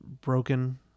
Broken